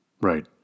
right